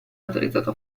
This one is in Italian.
autorizzato